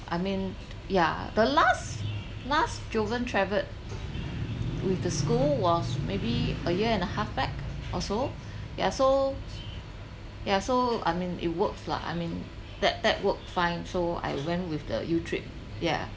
I mean yeah the last last jovan travelled with the school was maybe a year and a half back also yeah so yeah so I mean it works lah I mean that that worked fine so I went with the YouTrip yeah